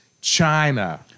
China